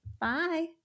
Bye